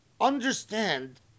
Understand